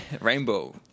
rainbow